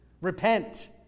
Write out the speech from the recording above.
Repent